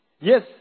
Yes